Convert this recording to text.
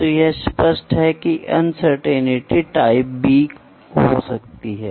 तो यहाँ आपके पास वोल्टेज होगा यहाँ तापमान है यहाँ वोल्टेज है और आपकी लंबाई ठीक है